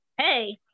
hey